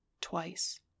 twice